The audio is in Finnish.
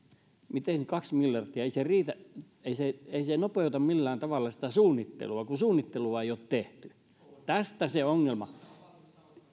miten kaksi miljardia ei se riitä ei se nopeuta millään tavalla sitä suunnittelua kun suunnittelua ei ole tehty tästä se ongelma